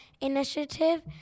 initiative